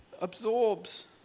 absorbs